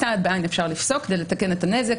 סעד בעין אפשר לפסוק כדי לתקן את הנזק,